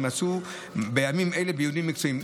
שנמצא בימים אלו בדיונים מקצועיים.